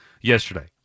yesterday